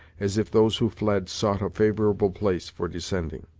as if those who fled sought a favorable place for descending.